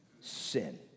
sin